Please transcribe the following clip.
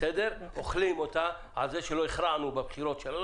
אוכלים אותה על זה שלא הכרענו בבחירות,